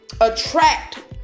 attract